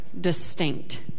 distinct